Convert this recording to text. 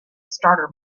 starter